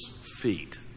feet